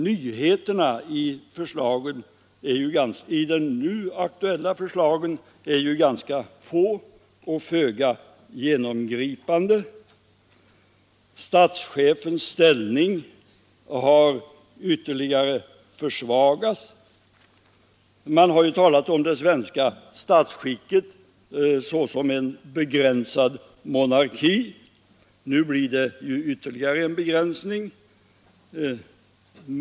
Nyheterna i de nu aktuella förslagen är ju ganska få och föga genomgripande. Statschefens ställning har ytterligare försvagats. Man har ju talat om det svenska statsskicket såsom en begränsad monarki. Nu blir det ytterligare en begränsning.